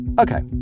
Okay